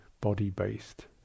body-based